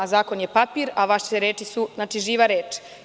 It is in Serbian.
Zakon je papir, a vaše reči su živa reč.